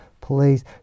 please